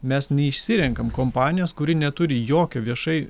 mes neišsirenkam kompanijos kuri neturi jokio viešai